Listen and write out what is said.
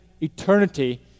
eternity